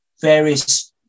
various